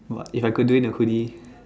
what if I could do it a hoodie